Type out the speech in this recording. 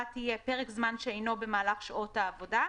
תהיה: פרק זמן שאינו במהלך שעות העבודה,